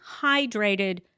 hydrated